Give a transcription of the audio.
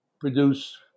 produce